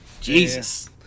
Jesus